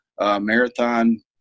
marathon